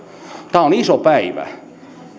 tämä on iso päivä